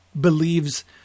believes